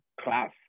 class